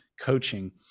coaching